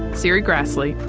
serri graslie,